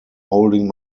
holding